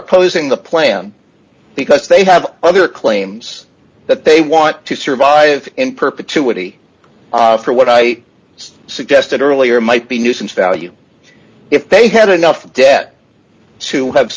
opposing the plan because they have other claims that they want to survive in perpetuity for what i suggested earlier might be nuisance value if they had enough debt to have